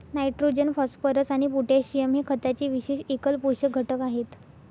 nitrogen, phosphorus आणि potassium हे खताचे विशेष एकल पोषक घटक आहेत